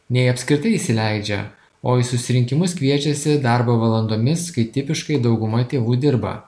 nei apskritai įsileidžia o į susirinkimus kviečiasi darbo valandomis kai tipiškai dauguma tėvų dirba